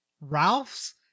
Ralph's